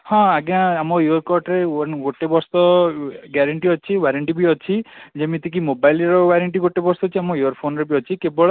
ହଁ ଆଜ୍ଞା ଆମ ଇୟର୍ କର୍ଡ଼ରେ ଗୋଟେ ବର୍ଷ ଗ୍ୟାରେଣ୍ଟି ଅଛି ୱାରେଣ୍ଟି ବି ଅଛି ଯେମିତିକି ମୋବାଇଲ୍ର ୱାରେଣ୍ଟି ଗୋଟେ ବର୍ଷ ଅଛି ଆମ ଇୟର୍ ଫୋନ୍ରେ ବି ଅଛି କେବଳ ସାମସଙ୍ଗ୍ ଇୟର୍ ଫୋନ୍ରେ ଇୟର୍ ଫୋନ୍ ହିଁ ଆସୁଛି